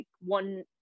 one